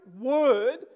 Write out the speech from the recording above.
word